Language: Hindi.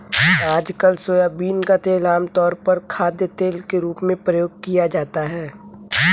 आजकल सोयाबीन का तेल आमतौर पर खाद्यतेल के रूप में प्रयोग किया जाता है